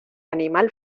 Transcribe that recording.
animal